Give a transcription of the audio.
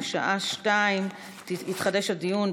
ובשעה 14:00 יתחדש הדיון,